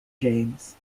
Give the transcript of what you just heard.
games